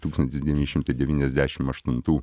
tūkstantis devyni šimtai devyniasdešim aštuntų